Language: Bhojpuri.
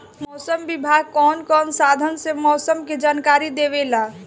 मौसम विभाग कौन कौने साधन से मोसम के जानकारी देवेला?